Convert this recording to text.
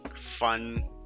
fun